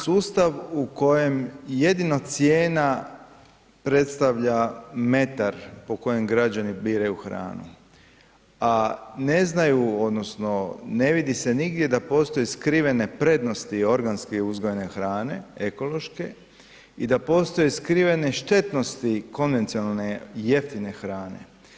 Sustav u kojem jedino cijena predstavlja metar po kojem građani biraju hranu, a ne znaju odnosno ne vidi se nigdje da postoje skrivene prednosti organski uzgojene hrane, ekološke i da postoje skrivene štetnosti konvencionalne jeftine hrane.